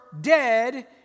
dead